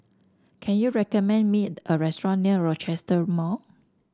can you recommend me a restaurant near Rochester Mall